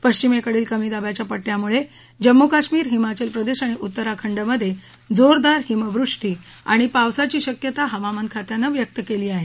पश्विमेकडील कमी दाबाच्या पट्ट्यामुळे जम्मू कश्मीर हिमाचल प्रदेश आणि उत्तराखंडमध्ये जोरदार हिमवृष्टी आणि पावसाची शक्यता हवामान खात्याने व्यक्त केली आहे